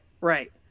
right